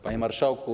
Panie Marszałku!